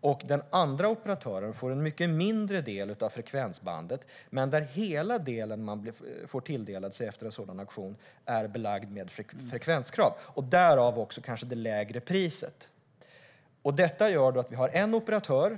Och den andra operatören får en mycket mindre del av frekvensbandet, men hela den del man får sig tilldelad efter en sådan auktion är belagd med frekvenskrav - av den anledningen är det kanske också ett lägre pris.